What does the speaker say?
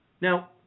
Now